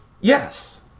Yes